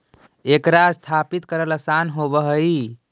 एकरा स्थापित करल आसान होब हई